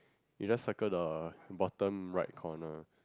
you just circle the bottom right corner